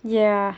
ya